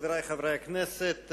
חברי חברי הכנסת,